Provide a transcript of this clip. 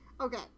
Okay